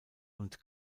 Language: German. und